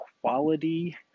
quality